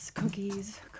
Cookies